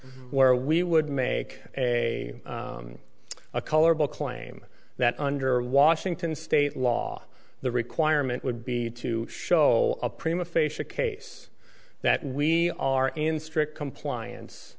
where we would make a a colorable claim that under washington state law the requirement would be to show a prima facia case that we are in strict compliance